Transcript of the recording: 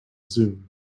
zoom